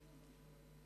חבר